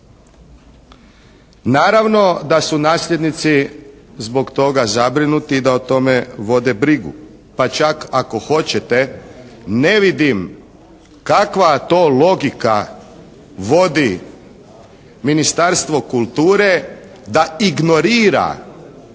Naravno da su nasljednici zbog toga zabrinuti i da o tome vode brigu. Pa čak ako hoćete ne vidim kakva to logika vodi Ministarstvo kulture da ignorira